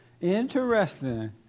Interesting